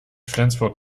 flensburg